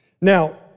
Now